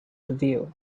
view